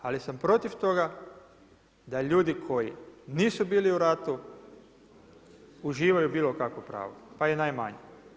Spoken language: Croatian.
Ali sam protiv toga da ljudi koji nisu bili u ratu uživaju bilo kakvo pravo, pa i najmanje.